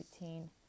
routine